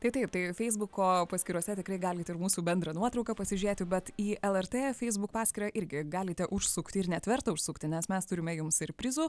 tai taip tai feisbuko paskyrose tikrai galit ir mūsų bendrą nuotrauką pasižiūrėti bet į lrt feisbuk paskyrą irgi galite užsukti ir net verta užsukti nes mes turime jums ir prizų